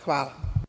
Hvala.